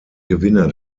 gewinner